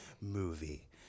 movie